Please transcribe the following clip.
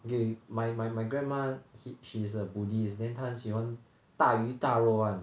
okay my my my grandma he she's a buddhist then 她很喜欢大鱼大肉 [one]